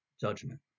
judgment